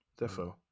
Defo